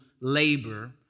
labor